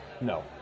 No